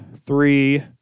three